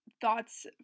thoughts